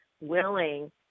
willing